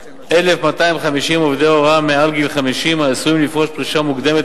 1,250 עובדי הוראה מעל גיל 50 העשויים לפרוש פרישה מוקדמת